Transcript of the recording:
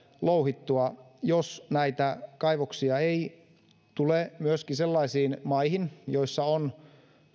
louhittua jos näitä kaivoksia ei tule myöskin sellaisiin maihin joissa on